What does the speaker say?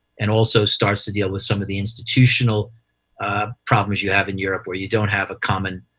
and also starts to deal with some of the institutional problems you have in europe, where you don't have a common